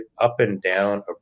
up-and-down